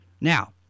Now